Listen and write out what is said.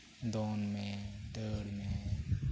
ᱫᱚᱱ ᱢᱮ ᱫᱟᱹᱲ ᱢᱮ